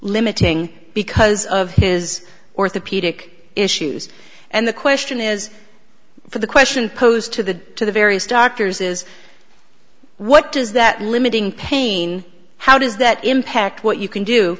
limiting because of his orthopedic issues and the question is for the question posed to the various doctors is what does that limiting pain how does that impact what you can do